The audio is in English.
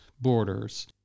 borders